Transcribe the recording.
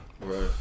Right